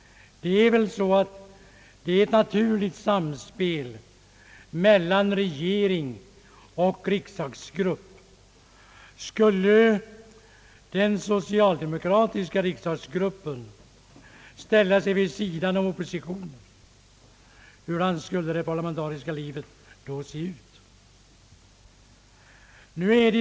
Det är ett naturligt samspel som förekommer mellan regering och riksdagsgrupp. Skulle den socialdemokratiska riksdagsgruppen ställa sig på samma sida som oppositionen, kan man fråga hur det parlamentariska livet då skulle te sig.